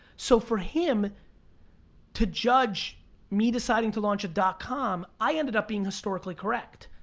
so, for him to judge me deciding to launch dot com, i ended up being historically correct.